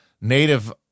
native